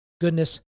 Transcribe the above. Goodness